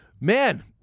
Man